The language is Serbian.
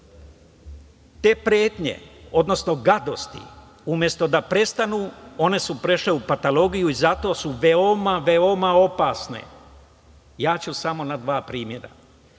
Te pretnje, odnosno gadosti umesto da prestanu one su prešle u patologiju i zato su veoma, veoma opasne. Ja ću samo dva primera.